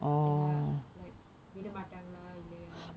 ஏனா:yaenaa like விடமாட்டாங்களா இல்லயானு:vidamaataangalaa illaiyaanu